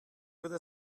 würde